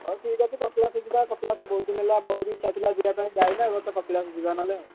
ହଉ ଠିକ୍ ଆଛି କପିଳାସ ଯିବା କପିଳାସ ବହୁତ ଦିନ ହେଲା ମୋର ବି ଇଚ୍ଛା ଥିଲା ଯିବା ପାଇଁ ଯାଇନେ ଏହି ବର୍ଷ କପିଳାସ ଯିବା ନହେଲେ ଆଉ